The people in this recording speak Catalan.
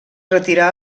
retirà